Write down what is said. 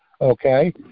okay